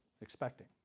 expecting